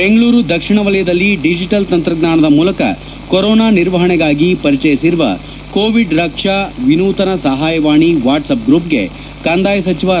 ಬೆಂಗಳೂರು ದಕ್ಷಿಣ ವಲಯದಲ್ಲಿ ಡಿಜಿಟಲ್ ತಂತ್ರಜ್ಞಾನದ ಮೂಲಕ ಕೊರೋನಾ ನಿರ್ವಹಣೆಗಾಗಿ ಪರಿಚಯಿಸಿರುವ ಕೋವಿಡ್ ರಕ್ಷಾ ವಿನೂತನ ಸಹಾಯವಾಣಿವಾಟ್ಪಾಪ್ಗೆ ಯೋಜನೆಗೆ ಕಂದಾಯ ಸಚಿವ ಆರ್